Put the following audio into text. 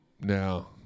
Now